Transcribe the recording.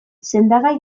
sendagai